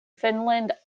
finland